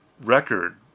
record